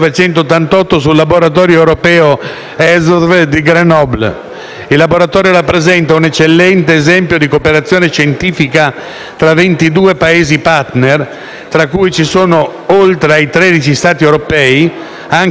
Il laboratorio rappresenta un eccellente esempio di cooperazione scientifica fra 22 Paesi *partner*, tra cui ci sono, oltre ai 13 Stati europei, anche Israele, India e Sud Africa.